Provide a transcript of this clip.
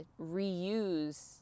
reuse